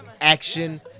Action